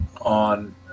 on